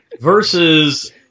Versus